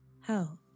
health